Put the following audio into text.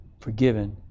forgiven